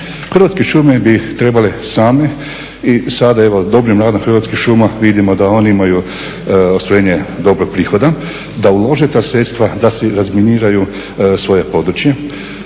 Hrvatske šume bi trebale same i sada evo dobrim radom Hrvatskih šuma vidimo da oni imaju ostvarenje dobrog prihoda da ulože ta sredstva da si razminiraju svoje područje.